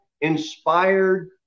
inspired